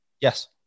Yes